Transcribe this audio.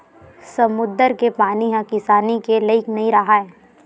समुद्दर के पानी ह किसानी के लइक नइ राहय